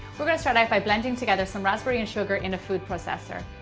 we're going to start out by blending together some raspberries and sugar in a food processor.